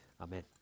amen